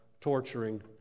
torturing